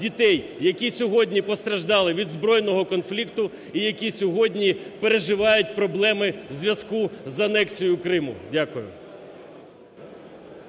дітей, які сьогодні постраждали від збройного конфлікту і, які сьогодні переживають проблеми у зв'язку з анексією Криму. Дякую.